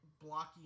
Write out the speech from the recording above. blocky